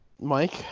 Mike